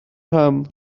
pam